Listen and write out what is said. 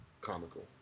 Comical